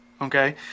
okay